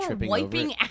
wiping